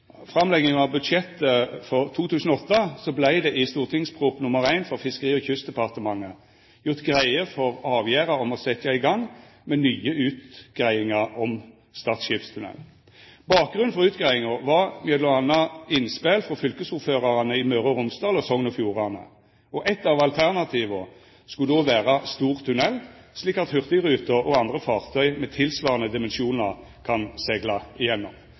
framlegginga av budsjettet for 2008 vart det i St.prp. nr. 1 for Fiskeri- og kystdepartementet gjort greie for avgjerda om å setja i gang nye utgreiingar om Stad skipstunnel. Bakgrunnen for utgreiinga var m.a. innspel frå fylkesordførarane i Møre og Romsdal og Sogn og Fjordane, og eit av alternativa skulle vera stor tunnel, slik at hurtigruta og andre fartøy med tilsvarande dimensjonar kan segla